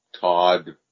Todd